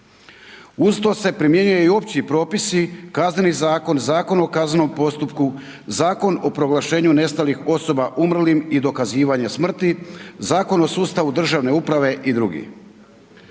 Uz to se primjenjuje i opći propisi, Kazneni zakon, Zakon o kaznenom postupku, Zakon o proglašenju nestalih osoba umrlim i dokazivanje smrti, Zakon o sustavu državne uprave i dr.